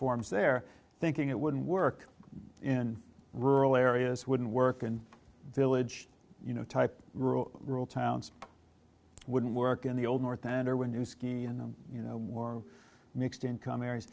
forms there thinking it wouldn't work in rural areas wouldn't work and village you know type rural rural towns wouldn't work in the old north then or when you ski in them you know more mixed income areas